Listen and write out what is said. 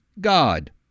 God